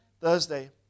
Thursday